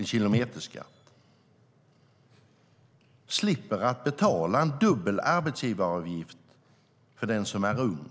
Och de slipper betala dubbel arbetsgivaravgift för den som är ung.